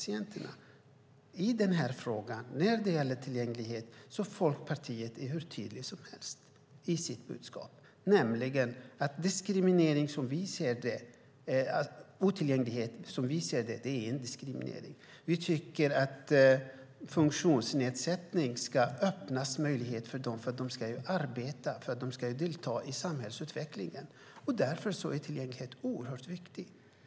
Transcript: I denna fråga, när det gäller tillgänglighet, är Folkpartiet hur tydligt som helst i sitt budskap: Otillgänglighet är som vi ser det diskriminering. Vi tycker att det ska öppnas möjligheter för människor med funktionsnedsättning att arbeta och delta i samhällsutvecklingen. Därför är tillgänglighet oerhört viktigt.